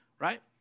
right